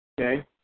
Okay